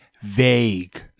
vague